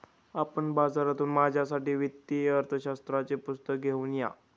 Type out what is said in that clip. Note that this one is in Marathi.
आपण बाजारातून माझ्यासाठी वित्तीय अर्थशास्त्राचे पुस्तक घेऊन या